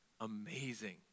amazing